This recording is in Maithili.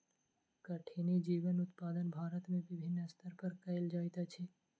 कठिनी जीवक उत्पादन भारत में विभिन्न स्तर पर कयल जाइत अछि